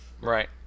Right